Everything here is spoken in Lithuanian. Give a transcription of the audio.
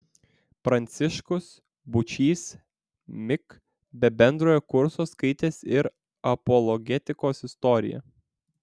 pranciškus būčys mic be bendrojo kurso skaitęs ir apologetikos istoriją